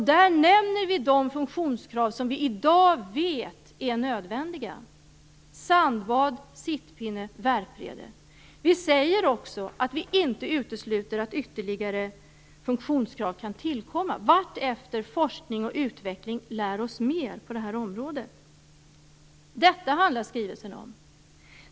Där nämner vi de funktionskrav som vi i dag vet är nödvändiga: sandbad, sittpinne och värprede. Vi säger också att vi inte utesluter att ytterligare funktionskrav kan tillkomma, vartefter forskning och utveckling lär oss mer på det här området. Detta är vad skrivelsen handlar om.